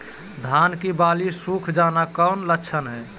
धान की बाली सुख जाना कौन लक्षण हैं?